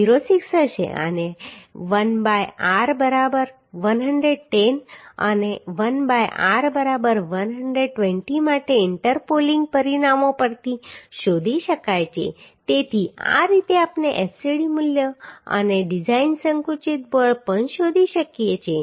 06 હશે અને l by r બરાબર 110 અને l બાય r બરાબર 120 માટે ઇન્ટરપોલિંગ પરિણામો પરથી શોધી શકાય છે તેથી આ રીતે આપણે fcd મૂલ્ય જમણું અને ડિઝાઇન સંકુચિત બળ પણ શોધી શકીએ છીએ